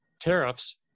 tariffs